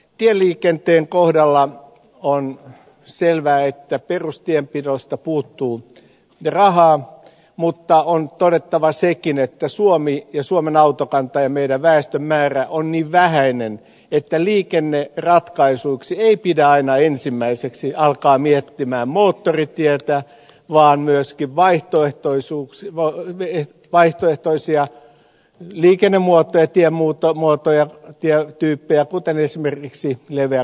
tieliikenteen kohdalla on selvää että perustienpidosta puuttuu rahaa mutta on todettava sekin että suomi ja suomen autokanta ja väestömme määrä on niin vähäinen että liikenneratkaisuiksi ei pidä aina ensimmäiseksi alkaa miettiä moottoritietä vaan pitää miettiä myöskin vaihtoehtoisia liikennemuotoja tiemuotoja tietyyppejä kuten esimerkiksi leveäkaistaisia moottoriliikenneteitä